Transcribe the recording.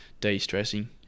de-stressing